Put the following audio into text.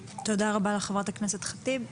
תודה, חברת הכנסת ח'טיב.